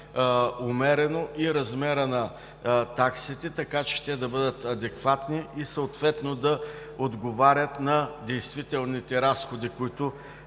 умерено и размерът на таксите, така че те да бъдат адекватни и съответно да отговарят на действителните разходи, които